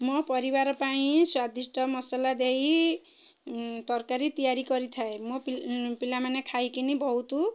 ମୋ ପରିବାର ପାଇଁ ସ୍ୱାଦିଷ୍ଟ ମସଲା ଦେଇ ତରକାରୀ ତିଆରି କରିଥାଏ ମୋ ପିଲାମାନେ ଖାଇକିନି ବହୁତ